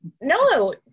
No